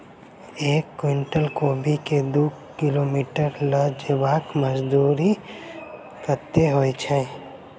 एक कुनटल कोबी केँ दु किलोमीटर लऽ जेबाक मजदूरी कत्ते होइ छै?